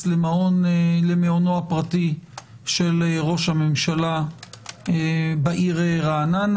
למעונו הפרטי של ראש הממשלה בעיר רעננה.